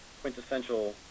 quintessential